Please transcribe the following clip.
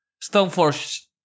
Stoneforge